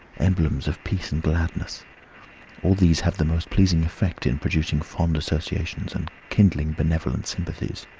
emblems of peace and gladness all these have the most pleasing effect in producing fond associations, and kindling benevolent sympathies.